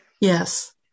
Yes